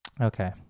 Okay